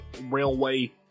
railway